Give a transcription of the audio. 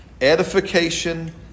edification